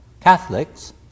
Catholics